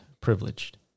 privileged